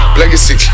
legacy